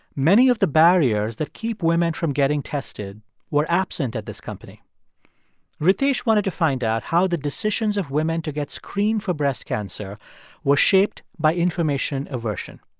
many of the barriers that keep women from getting tested were absent at this company ritesh wanted to find out how the decisions of women to get screened for breast cancer were shaped by information aversion.